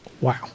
Wow